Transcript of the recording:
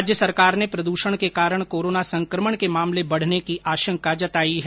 राज्य संरकार ने प्रदूषण के कारण कोरोना संक्रमण के मामले बढ़ने की आशंका जताई है